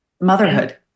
motherhood